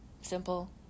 Simple